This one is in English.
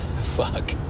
Fuck